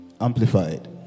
Amplified